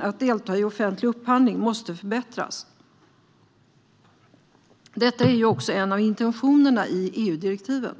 att delta i offentlig upphandling måste förbättras. Detta är också en av intentionerna i EU-direktiven.